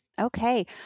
Okay